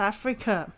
Africa